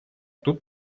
тут